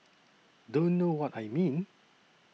don't know what I mean